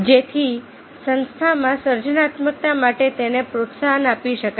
જેથી સંસ્થામાં સર્જનાત્મકતા માટે તેને પ્રોત્સાહન આપી શકાય